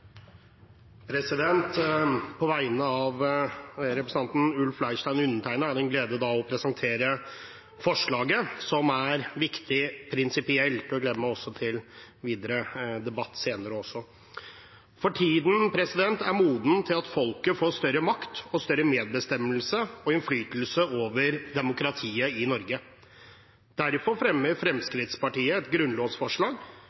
viktig prinsipielt. Jeg gleder meg også til videre debatt senere. Tiden er moden for at folket får større makt, større medbestemmelse og innflytelse over demokratiet i Norge. Derfor fremmer